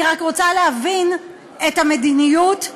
אני רק רוצה להבין את המדיניות,